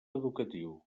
educatiu